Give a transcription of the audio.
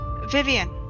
Vivian